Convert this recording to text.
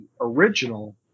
original